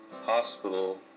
Hospital